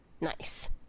nice